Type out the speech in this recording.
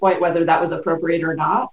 point whether that was appropriate or not